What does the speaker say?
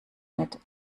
mit